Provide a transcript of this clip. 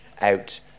out